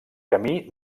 camí